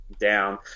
down